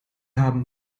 haben